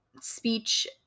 speech